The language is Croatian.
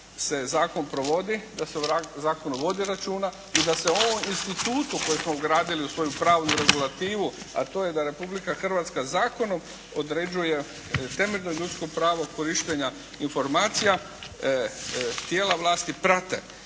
da se zakon provodi, da se o zakonu vodi računa i da se on u institutu koji smo ugradili u svoju pravu regulativu, a to je da Republika Hrvatska zakonom određuje temeljno ljudsko pravo korištenja informacija tijela vlasati prate.